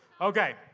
Okay